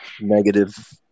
negative